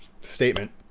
statement